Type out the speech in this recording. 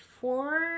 four